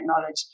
knowledge